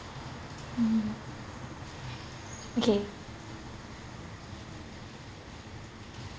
mm okay